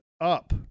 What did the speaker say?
up